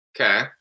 Okay